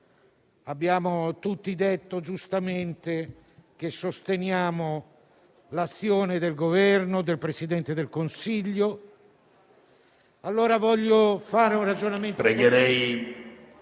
Abbiamo tutti giustamente dichiarato che sosteniamo l'azione del Governo e del Presidente del Consiglio.